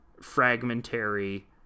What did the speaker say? fragmentary